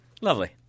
Lovely